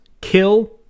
kill